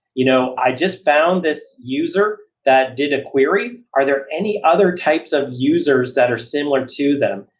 you know i just found this user that did a query. are there any other types of users that are similar to them?